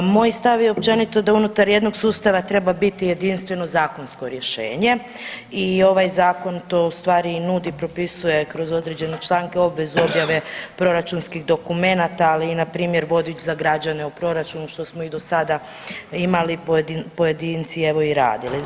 Moj stav je općenito da unutar jednog sustava treba biti jedinstveno zakonsko rješenje i ovaj zakon to u stvari i nudi, propisuje kroz određene članke obvezu objave proračunskih dokumenata, ali i npr. vodič za građane u proračunu što smo i do sada imali, pojedinci evo i radili.